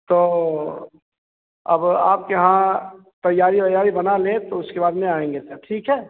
तो अब आपके यहाँ तैयारी उईयारी बना लें तो उसके बाद में आएंगे सर ठीक है